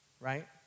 right